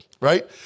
Right